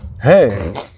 hey